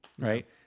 Right